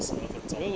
二十二分钟